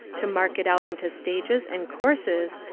to mark it out into stages and courses,